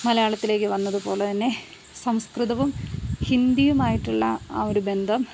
മലയാളത്തിലേക്ക് വന്നത് പോലെ തന്നെ സംസ്കൃതവും ഹിന്ദിയുമായിട്ടുള്ള ആ ഒരു ബന്ധം